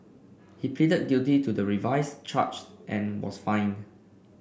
he pleaded guilty to the revised charge and was fined